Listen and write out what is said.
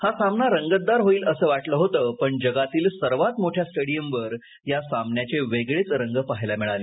हा सामना रंगतदार होईल असं वाटलं होत पण जगातील सर्वात मोठ्या स्टेडीयमवर या सामन्याचे वेगळेच रंग पाहायला मिळाले